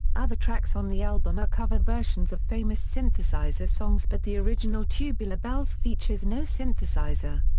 other tracks on the album are cover versions of famous synthesizer songs but the original tubular bells features no synthesizer.